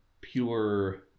pure